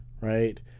right